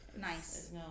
Nice